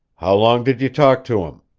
how long did you talk to him?